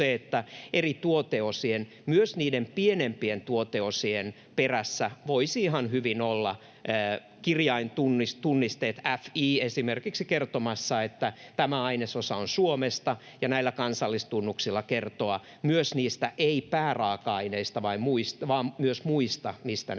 että eri tuoteosien, myös niiden pienempien tuoteosien, perässä voisi ihan hyvin olla kirjaintunniste FI esimerkiksi kertomassa, että tämä ainesosa on Suomesta, ja näillä kansallistunnuksilla voisi kertoa paitsi niistä ei-pääraaka-aineista vaan myös muista, mistä ne tulevat.